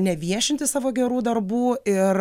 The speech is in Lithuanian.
neviešinti savo gerų darbų ir